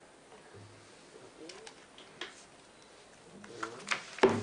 (הצגת מצגת) מה הייעוד שלנו?